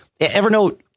Evernote